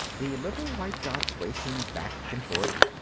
the little white dots racing back and forth.